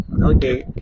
Okay